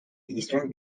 eastern